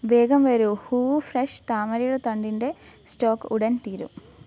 വേഗം വരൂ ഹൂവു ഫ്രഷ് താമരയുടെ തണ്ടിന്റെ സ്റ്റോക് ഉടൻ തീരും